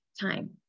time